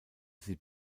sie